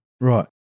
Right